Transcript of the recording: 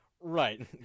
Right